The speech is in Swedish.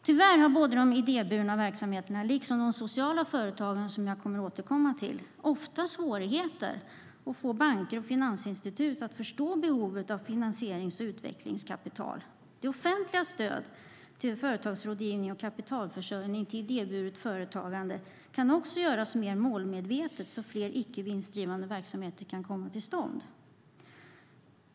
Tyvärr har både de idéburna verksamheterna och de sociala företagen, som jag kommer att återkomma till, ofta svårigheter att få banker och finansinstitut att förstå behovet av finansierings och utvecklingskapital. Det offentligas stöd till företagsrådgivning och kapitalförsörjning till idéburet företagande kan också göras mer målmedvetet så att fler icke vinstdrivande verksamheter kan komma till stånd.